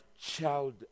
child